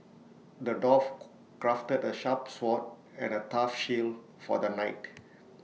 the dwarf crafted A sharp sword and A tough shield for the knight